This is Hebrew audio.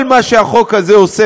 כל מה שהחוק הזה עושה,